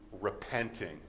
repenting